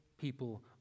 people